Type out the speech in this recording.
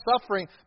suffering